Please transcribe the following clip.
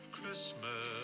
Christmas